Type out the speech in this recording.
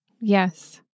Yes